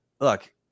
look